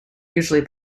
usually